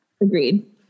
Agreed